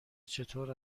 چطور